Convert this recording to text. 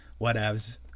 whatevs